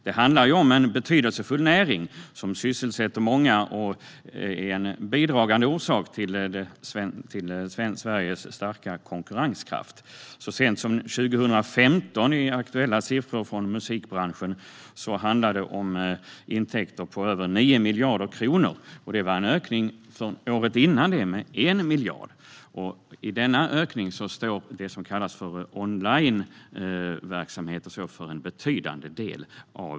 Det handlar om en betydelsefull näring som sysselsätter många och är en bidragande orsak till Sveriges starka konkurrenskraft. Så sent som 2015, enligt aktuella siffror från musikbranschen, handlade det om intäkter på över 9 miljarder kronor, vilket var en ökning från året innan med 1 miljard. I denna ökning står det som kallas för onlineverksamhet för en betydande del.